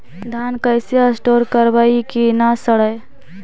धान कैसे स्टोर करवई कि न सड़ै?